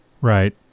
Right